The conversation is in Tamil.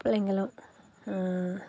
பிள்ளைங்களும்